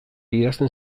idazten